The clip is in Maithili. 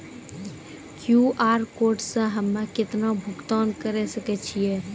क्यू.आर कोड से हम्मय केतना भुगतान करे सके छियै?